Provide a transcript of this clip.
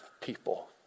people